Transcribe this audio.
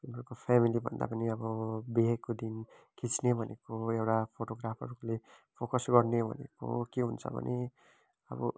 उनीहरूको फ्यामिलीभन्दा पनि अब बिहेको दिन खिच्ने भनेको एउटा फोटोग्राफरले फोकस गर्ने भनेको के हुन्छ भने अब